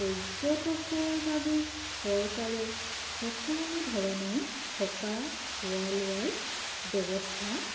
পৰ্যটকৰ বাবে চৰকাৰে সকলো ধৰণৰ থকা খোৱা লোৱাৰ ব্যৱস্থা